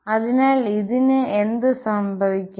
അതിനാൽ ഇതിന് എന്ത് സംഭവിക്കും